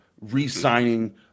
re-signing